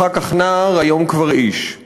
/ אחר כך נער / היום כבר איש /